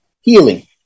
healing